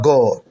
God